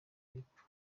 y’epfo